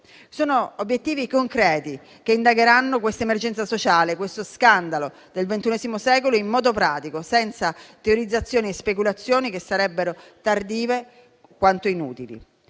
Sono obiettivi concreti che indagheranno questa emergenza sociale, questo scandalo del XXI secolo in modo pratico, senza teorizzazioni e speculazioni che sarebbero tardive quanto inutili.